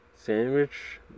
Sandwich